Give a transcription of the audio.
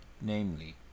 namely